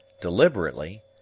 DELIBERATELY